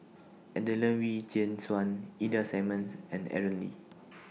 Adelene Wee Chin Suan Ida Simmons and Aaron Lee